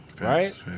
Right